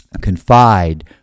confide